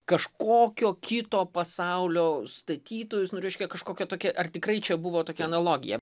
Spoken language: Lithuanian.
kažkokio kito pasaulio statytojus nu reiškia kažkokią tokią ar tikrai čia buvo tokia analogija